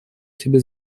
тебе